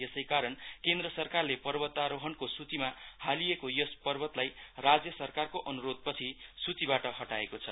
यसैकारण केन्द्र सरकारले पवर्तारोहणको सुचिमा हालिएको यस पर्वतलाई राज्य सरकारको अनुरोध पछि सुचिबाट हटाएको छ